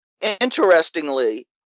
interestingly